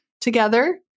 together